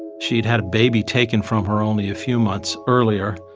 she'd had a baby taken from her only a few months earlier.